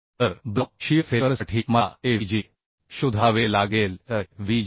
तर block shear फेल्युअरसाठी मला Avg शोधावे लागेलAvg